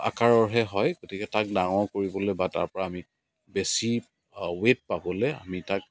আকাৰৰহে হয় গতিকে তাক ডাঙৰ কৰিবলৈ বা তাৰপৰা আমি বেছি ৱেইট পাবলৈ আমি তাক